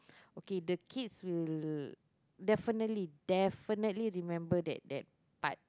okay the kids will definitely definitely remember that that part